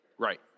Right